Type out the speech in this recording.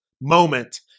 moment